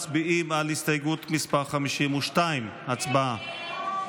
מצביעים על הסתייגות מס' 52. הצבעה.